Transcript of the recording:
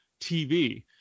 TV